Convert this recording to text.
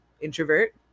introvert